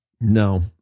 No